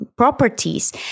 properties